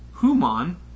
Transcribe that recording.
human